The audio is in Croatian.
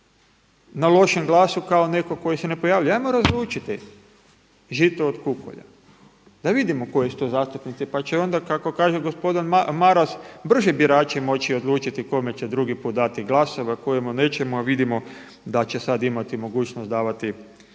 na lošem glasu kao netko tko se ne pojavljuje. Ajmo razlučiti žito u kukulja. Da vidimo koji su to zastupnici pa će onda kako kaže gospodin Maras brže birači moći odlučiti kome će drugi put dati glasove a kome nećemo a vidimo da će sada imati mogućnost davati tri